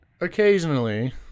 Occasionally